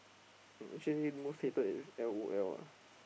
mm actually most hate is L_O_L lah